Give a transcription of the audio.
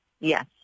Yes